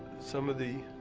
some of the